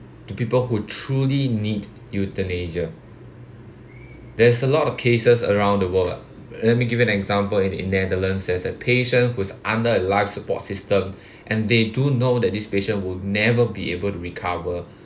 to people who truly need euthanasia there's a lot of cases around the world uh let me give you an example in netherlands there's a patient who's under a life support system and they do know that this patient would never be able to recover